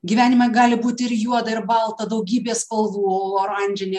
gyvenime gali būti ir juoda ir balta daugybė spalvų oranžinė